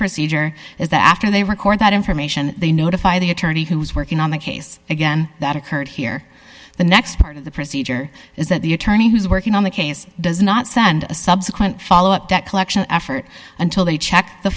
procedure is that after they record that information they notify the attorney who's working on the case again that occurred here the next part of the procedure is that the attorney who's working on the case does not send a subsequent follow up that collection effort until they check the